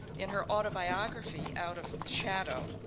in her autobiography, out of the shadow,